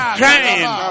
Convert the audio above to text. crying